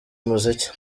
umuziki